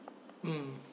mm